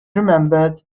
remembered